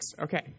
Okay